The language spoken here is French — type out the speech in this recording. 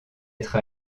être